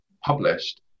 published